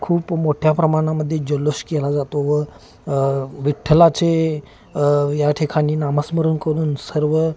खूप मोठ्या प्रमाणामध्ये जल्लोष केला जातो व विठ्ठलाचे या ठिकाणी नामस्मरण करून सर्व